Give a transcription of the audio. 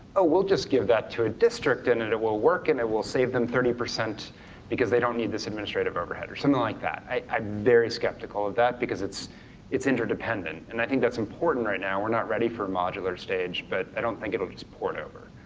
oh we'll just give that to a district and it it will work and it will save them thirty percent because they don't need this administrative overhead or something like that. i'm very skeptical of that, because it's it's interdependent, and i think that's important right now. we're not ready for modular stage, but i don't think it'll just pour it over.